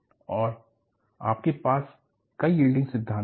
और आपके पास कई यील्डिंग सिद्धांत थे